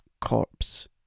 corpse